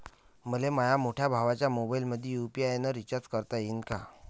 मले माह्या मोठ्या भावाच्या मोबाईलमंदी यू.पी.आय न रिचार्ज करता येईन का?